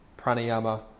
Pranayama